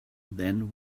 then